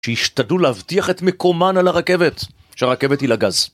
שישתדלו להבטיח את מקומן על הרכבת, שהרכבת היא לגז.